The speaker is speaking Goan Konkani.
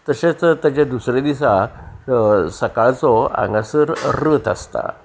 तशेंच तजे दुसरे दिसा सकाळचो हांगासर रथ आसता